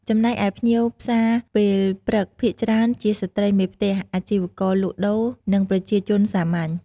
ចំណែកឯភ្ញៀវផ្សារពេលព្រឹកភាគច្រើនជាស្ត្រីមេផ្ទះ អាជីវករលក់ដូរ និងប្រជាជនសាមញ្ញ។